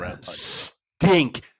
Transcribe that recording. stink